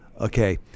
Okay